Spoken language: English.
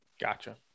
Gotcha